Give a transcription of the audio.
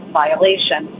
violation